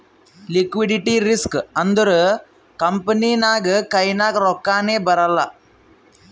liquidity risk ಅಂದುರ್ company ನಾಗ್ ಕೈನಾಗ್ ರೊಕ್ಕಾನೇ ಬರಲ್ಲ